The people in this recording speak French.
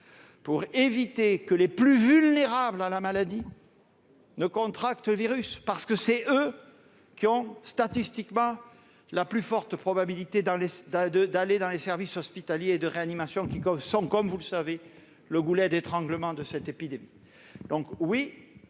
pour éviter que les plus vulnérables à la maladie ne contractent le virus, parce que ce sont eux qui ont statistiquement la plus forte probabilité d'aller dans les services hospitaliers et de réanimation, qui sont, comme vous le savez, le goulet d'étranglement de cette épidémie.